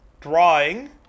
Drawing